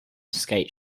skate